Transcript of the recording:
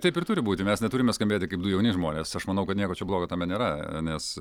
taip ir turi būti mes neturime skambėti kaip du jauni žmonės aš manau kad nieko čia blogo tame nėra nes